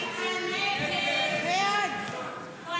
הסתייגות 1673 לא